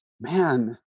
Man